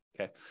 okay